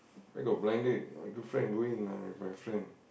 where got blind date my girlfriend going ah with my friend